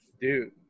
Dude